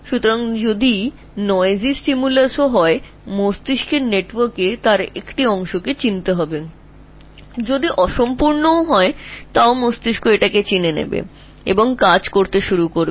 সুতরাং কোনও উদ্দীপনা শব্দযুক্ত বা অসম্পূর্ণ হলেও মস্তিষ্ক বা নেটওয়ার্কটি তার একটি অংশকে চিনতে পারে মস্তিষ্ক এটি সনাক্ত করবে এবং এটি চলতে শুরু করবে